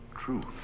Truth